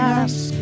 ask